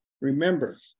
remember